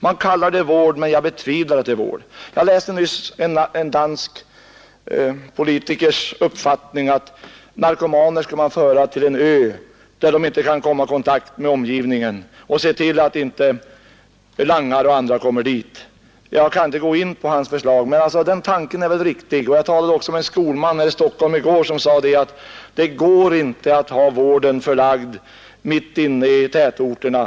Man kallar det vård, men jag betvivlar att det är vård. Jag läste nyss om en dansk politikers uppfattning, att man skulle föra narkomanerna till en ö, där de inte kunde komma i kontakt med omgivningen. Man skulle se till att langare och andra inte kom dit. Jag kan inte gå in på hans förslag, men tanken är väl riktig. Jag talade i går med en skolman här i Stockholm som sade, att vården inte kan vara förlagd mitt inne i tätorterna.